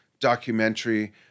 documentary